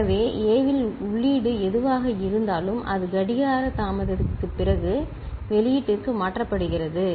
எனவே A இல் உள்ளீடு எதுவாக இருந்தாலும் அது 8 கடிகார தாமதத்திற்குப் பிறகு வெளியீட்டிற்கு மாற்றப்படுகிறது சரி